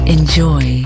Enjoy